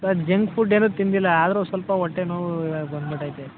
sir junk food ಏನೂ ತಿಂದಿಲ್ಲ ಆದರೂ ಸ್ವಲ್ಪ ಹೊಟ್ಟೆ ನೋವು ಬಂದು ಬಿಟೈತೆ